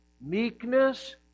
meekness